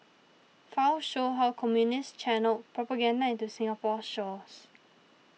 files show how Communists channelled propaganda into Singapore's shores